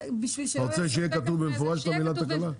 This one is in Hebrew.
אתה רוצה שיהיה כתוב במפורש את המילה "תקלה"?